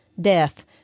death